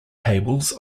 tables